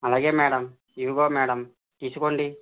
అలాగే మేడం ఇదిగో మేడం తీసుకోండి